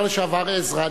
השר לשעבר עזרא,